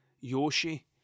Yoshi